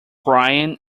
brian